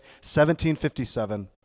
1757